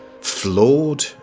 flawed